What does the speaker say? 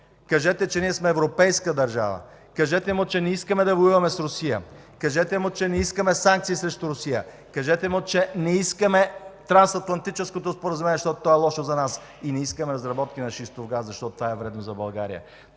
Кажете, че ние сме европейска държава! Кажете му, че не искаме да воюваме с Русия! Кажете му, че не искаме санкции срещу Русия! Кажете му, че не искаме трансатлантическото споразумение, защото то е лошо за нас и не искаме разработки на шистов газ, защото това е вредно за България.